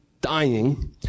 dying